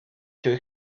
too